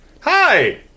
Hi